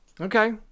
Okay